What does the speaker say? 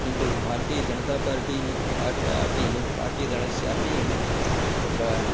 किन्तु भारतीय जनता पार्टि पार्ट्या अपि पार्टि दलस्यापि तत्र